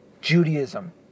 Judaism